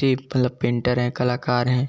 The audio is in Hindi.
से मतलब पेंटर हैं कलाकार हैं